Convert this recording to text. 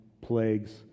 plagues